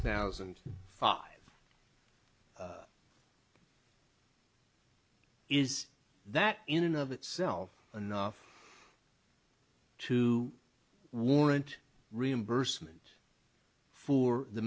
thousand and five the is that in and of itself enough to warrant reimbursement for the